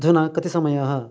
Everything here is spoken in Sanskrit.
अधुना कति समयः